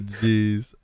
jeez